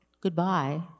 goodbye